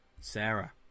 Sarah